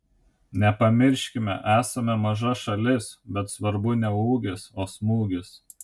nepamirškime esame maža šalis bet svarbu ne ūgis o smūgis